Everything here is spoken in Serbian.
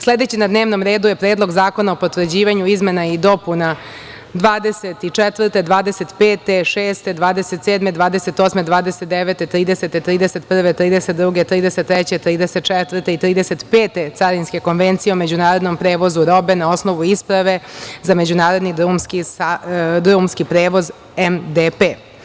Sledeći na dnevnom redu je Predlog zakona o potvrđivanju izmena i dopuna 24, 25, 26, 27, 28, 29, 30, 31, 32, 33, 34 i 35 Carinske konvencije o međunarodnom prevozu robe na osnovu isprave za međunarodni drumski prevoz MDP.